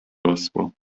rosło